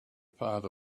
part